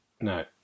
No